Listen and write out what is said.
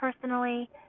personally